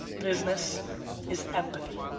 business is empathy.